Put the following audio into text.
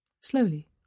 Slowly